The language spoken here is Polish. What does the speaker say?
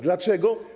Dlaczego?